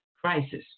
crisis